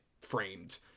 framed